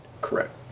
Correct